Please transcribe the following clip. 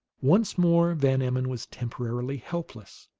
once more van emmon was temporarily helpless.